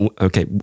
okay